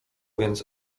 więc